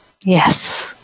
Yes